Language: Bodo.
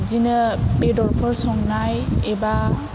बिदिनो बेदरफोर संनाय एबा